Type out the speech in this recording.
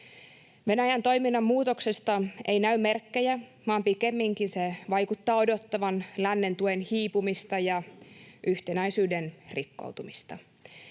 Venäjän toiminnan muutoksesta ei näy merkkejä, vaan pikemminkin se vaikuttaa odottavan lännen tuen hiipumista ja yhtenäisyyden rikkoutumista.